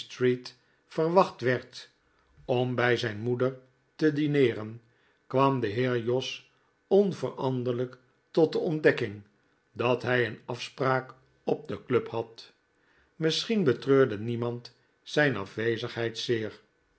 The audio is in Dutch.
verwacht werd om bij zijn moeder te dineeren kwam de heer jos onveranderlijk tot de ontdekking dat hij een afspraak op de club had misschien betreurde niemand zijn afwezigheid zeer